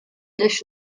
dish